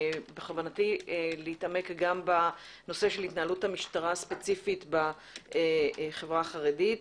בכוונתי להתעמק גם בנושא של התנהלות המשטרה ספציפית בחברה החרדית.